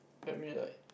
I mean like